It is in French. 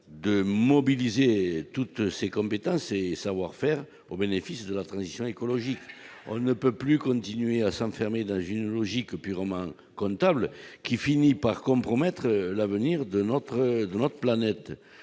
de mobiliser toutes ses compétences et savoir-faire au bénéfice de la transition écologique. On ne peut plus continuer à s'enfermer dans une logique purement comptable, qui finit par compromettre l'avenir de notre planète.